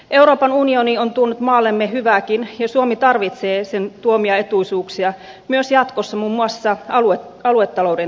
euroopan unioni on tuonut maallemme hyvääkin ja suomi tarvitsee sen tuomia etuisuuksia myös jatkossa muun muassa aluetalouden tukemisessa